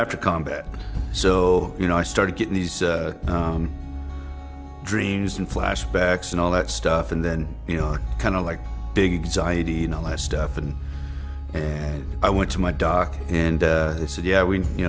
after combat so you know i started getting these dreams and flashbacks and all that stuff and then you know kind of like big zaya d l s stuff and and i went to my doc and they said yeah we you